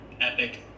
epic